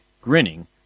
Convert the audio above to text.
grinning